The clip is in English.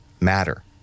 matter